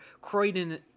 Croydon